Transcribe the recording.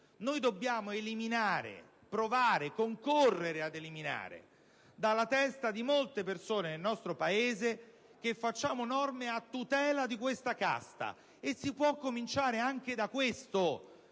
Noi dobbiamo provare o concorrere ad eliminare dalla testa di molte persone nel nostro Paese l'idea che facciamo norme a tutela di questa casta e si può cominciare proprio